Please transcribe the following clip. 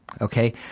okay